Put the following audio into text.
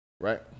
Right